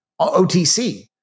OTC